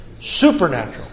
Supernatural